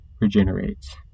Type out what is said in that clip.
regenerates